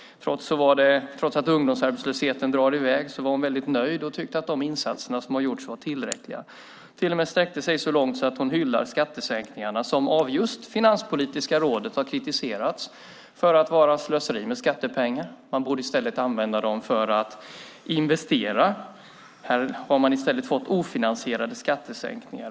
Trots att ungdomsarbetslösheten drar i väg var hon nöjd och tyckte att de insatser som gjorts varit tillräckliga. Hon till och med sträckte sig så långt som till att hylla skattesänkningarna som av Finanspolitiska rådet har kritiserats för att vara slöseri med skattepengar och att de borde användas till att investera. Nu har vi i stället fått ofinansierade skattesänkningar.